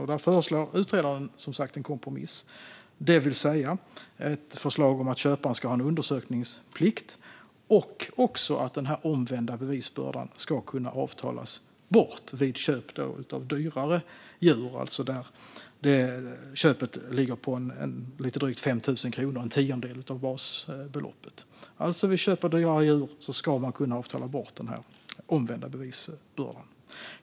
Utredaren föreslår som sagt en kompromiss, det vill säga ett förslag om att köpare ska ha en undersökningsplikt och också att den omvända bevisbördan ska kunna avtalas bort vid köp av dyrare djur, alltså där köpet ligger på lite drygt 5 000 kronor, en tiondel av basbeloppet. Vid köp av dyrare djur ska man alltså kunna avtala bort den omvända bevisbördan.